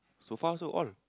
sofa also old